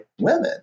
women